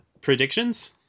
predictions